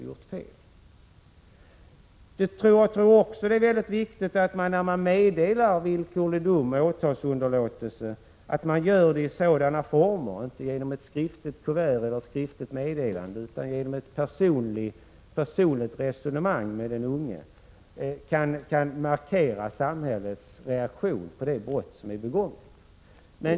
Jag tror också att det är viktigt att man när man meddelar villkorlig dom eller åtalsunderlåtelse gör det inte genom ett skriftligt meddelande utan i sådana former att man genom ett personligt samtal med den unge kan markera samhällets reaktion på det brott som är begånget.